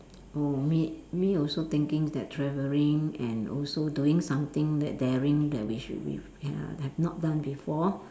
oh me me also thinking that travelling and also doing something that daring that we should we have have not done before